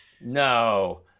No